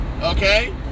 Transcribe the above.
okay